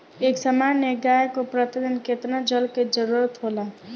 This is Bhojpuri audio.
एक सामान्य गाय को प्रतिदिन कितना जल के जरुरत होला?